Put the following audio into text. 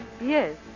Yes